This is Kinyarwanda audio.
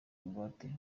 ingwate